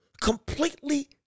Completely